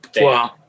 Wow